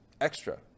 extra